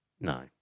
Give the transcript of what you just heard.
No